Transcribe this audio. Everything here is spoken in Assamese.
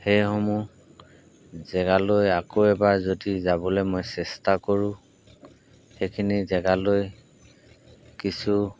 সেইসমূহ জেগালৈ আকৌ এবাৰ যদি যাবলৈ মই চেষ্টা কৰোঁ সেইখিনি জেগালৈ কিছু